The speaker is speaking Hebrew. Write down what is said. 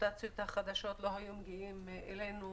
המוטציות החדשות לא היו מגיעות אלינו